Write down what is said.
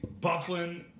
Bufflin